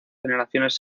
generaciones